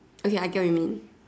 okay I get what you mean